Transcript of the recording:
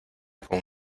con